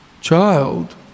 child